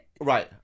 Right